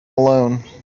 alone